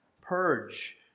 purge